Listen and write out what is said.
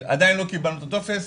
עדיין לא קיבלנו את הטופס,